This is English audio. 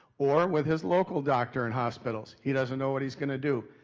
or with his local doctor and hospitals. he doesn't know what he's going to do.